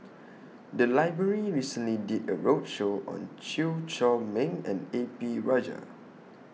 The Library recently did A roadshow on Chew Chor Meng and A P Rajah